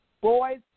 boys